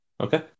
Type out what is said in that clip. Okay